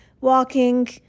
walking